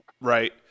right